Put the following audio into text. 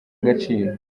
agaciro